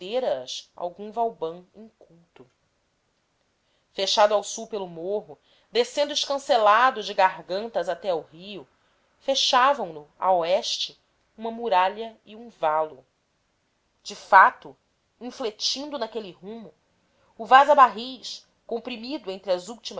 compreendera as algum vauban inculto fechado ao sul pelo morro descendo escancelado de gargantas até ao rio fechavam no a oeste uma muralha e um valo de fato infletindo naquele rumo o vaza barris comprimido entre as